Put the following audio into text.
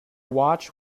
watch